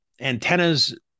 antennas